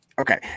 Okay